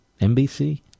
NBC